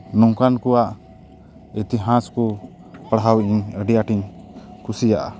ᱱᱚᱝᱠᱟᱱ ᱠᱚᱣᱟᱜ ᱤᱛᱤᱦᱟᱥ ᱠᱚ ᱯᱟᱲᱦᱟᱣ ᱤᱧ ᱟᱹᱰᱤ ᱟᱸᱴᱤᱧ ᱠᱩᱥᱤᱭᱟᱜᱼᱟ